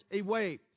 away